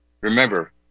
Remember